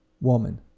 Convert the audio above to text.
woman